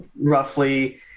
roughly